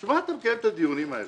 בשביל מה אתה מקיים את הדיונים האלה?